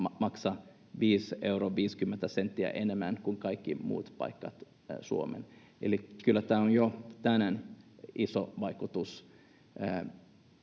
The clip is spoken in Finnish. maksaa 5 euroa 50 senttiä enemmän kuin kaikkialle muualle Suomeen. Eli kyllä tällä on jo tänään iso vaikutus.